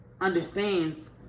understands